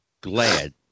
glad